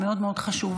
מאוד מאוד חשובה,